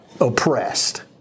oppressed